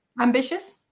Ambitious